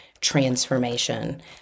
transformation